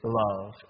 love